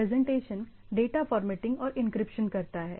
presentation data formatting और encryption करता है